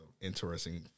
interesting